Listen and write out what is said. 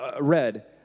read